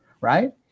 Right